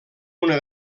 una